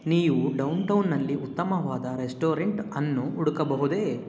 ನೀವು ಡೌನ್ ಟೌನಲ್ಲಿ ಉತ್ತಮವಾದ ರೆಸ್ಟೋರೆಂಟ್ ಅನ್ನು ಹುಡುಕಬಹುದೇ